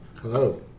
Hello